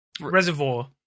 Reservoir